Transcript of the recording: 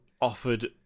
offered